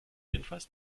jedenfalls